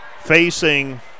facing